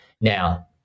Now